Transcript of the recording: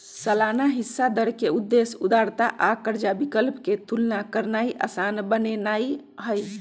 सालाना हिस्सा दर के उद्देश्य उधारदाता आ कर्जा विकल्प के तुलना करनाइ असान बनेनाइ हइ